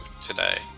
today